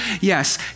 Yes